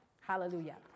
Hallelujah